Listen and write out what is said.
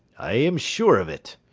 i am sure of it,